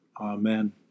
Amen